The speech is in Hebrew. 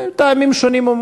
מטעמים שונים.